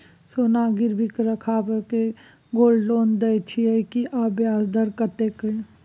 सोना गिरवी रैख के गोल्ड लोन दै छियै की, आ ब्याज दर कत्ते इ?